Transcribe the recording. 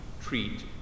treat